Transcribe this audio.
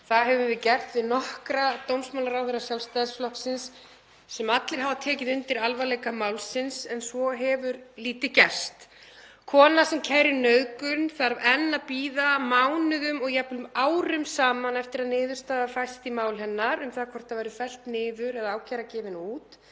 Það höfum við gert við nokkra dómsmálaráðherra Sjálfstæðisflokksins sem allir hafa tekið undir alvarleika málsins en svo hefur lítið gerst. Kona sem kærir nauðgun þarf enn að bíða mánuðum og jafnvel árum saman eftir að niðurstaða fáist í mál hennar um það hvort það verði fellt niður eða ákæra gefin út.